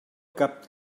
cap